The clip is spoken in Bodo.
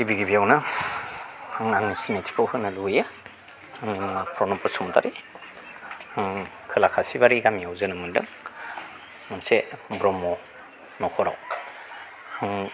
गिबि गिबियावनो आङो आंनि सिनायथिखौ होनो लुबैयो आं प्रनब बसुमतारि आं खोला खासिबारि गामियाव जोनोम मोनदों मोनसे ब्रह्म न'खराव